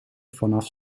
vanaf